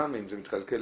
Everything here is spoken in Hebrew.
גם אם זה מתקלקל,